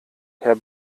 herr